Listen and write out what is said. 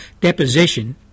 deposition